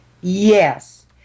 Yes